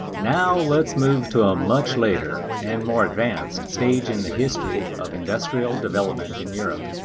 now let's move to a much later and more advanced stage in the history of industrial development in europe.